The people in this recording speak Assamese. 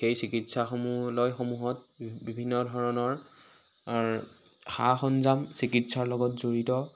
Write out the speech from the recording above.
সেই চিকিৎসাসমূহ লয়সমূহত বিভিন্ন ধৰণৰ সা সৰঞ্জাম চিকিৎসাৰ লগত জড়িত